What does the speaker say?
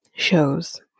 shows